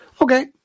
okay